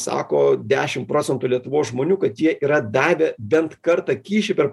sako dešim procentų lietuvos žmonių kad jie yra davę bent kartą kyšį per